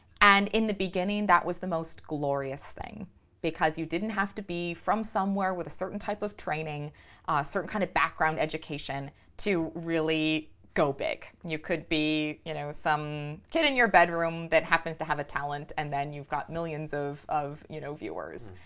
and in the beginning that was the most glorious thing because you didn't have to be from somewhere with a certain type of training, a certain kind of background, education to really go big. you could be you know some kid in your bedroom that happens to have a talent and then you've got millions of of you know viewers.